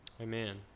Amen